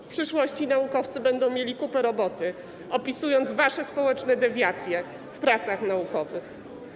W przyszłości naukowcy będą mieli kupę roboty, opisując wasze społeczne dewiacje w pracach naukowych.